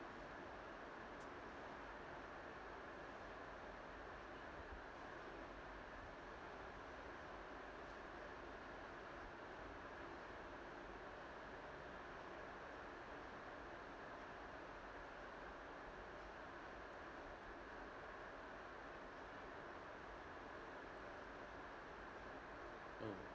mm